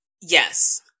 Yes